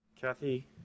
Kathy